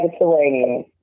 Mediterranean